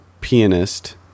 pianist